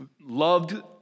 loved